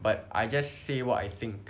but I just say what I think